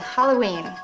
Halloween